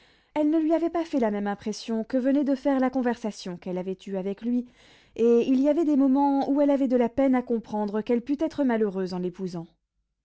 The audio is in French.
elle ne lui avait pas fait la même impression que venait de faire la conversation qu'elle avait eue avec lui et il y avait des moments où elle avait de la peine à comprendre qu'elle pût être malheureuse en l'épousant